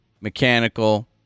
Mechanical